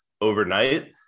overnight